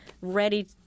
ready